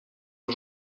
aux